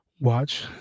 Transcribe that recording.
Watch